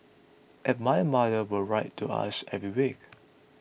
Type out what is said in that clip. and my mother would write to us every week